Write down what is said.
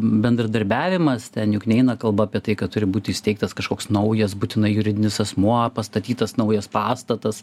bendradarbiavimas ten juk neina kalba apie tai kad turi būti įsteigtas kažkoks naujas būtinai juridinis asmuo pastatytas naujas pastatas